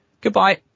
Goodbye